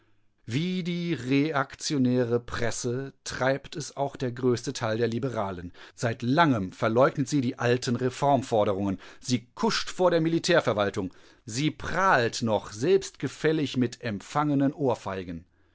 wie die reaktionäre presse treibt es auch der größte teil der liberalen seit langem verleugnet sie die alten reformforderungen sie kuscht vor der militärverwaltung sie prahlt noch selbstgefällig mit empfangenen ohrfeigen